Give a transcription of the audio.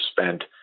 spent